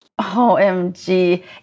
OMG